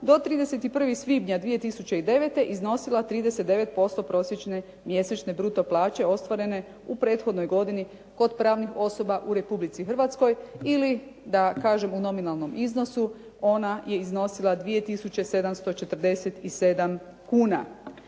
do 31. svibnja 2009. iznosila 39% prosječne mjesečne bruto plaće ostvarene u prethodnoj godini kod pravnih osoba u Republici Hrvatskoj ili da kažem u nominalnom iznosu ona je iznosila 2 tisuće